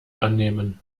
annehmen